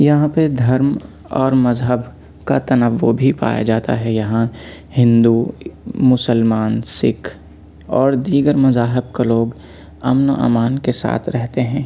یہاں پہ دھرم اور مذہب کا تنوع بھی پایا جاتا ہے یہاں ہندو مسلمان سکھ اور دیگر مذاہب کے لوگ امن و امان کے ساتھ رہتے ہیں